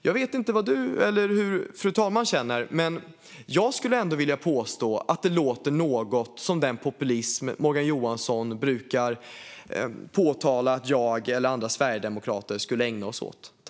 Jag vet inte hur fru talmannen känner, men jag skulle vilja påstå att det låter något som den populism Morgan Johansson brukar påtala att jag eller andra sverigedemokrater skulle ägna oss åt.